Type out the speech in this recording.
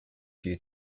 few